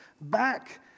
back